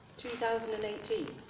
2018